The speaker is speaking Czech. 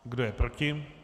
Kdo je proti?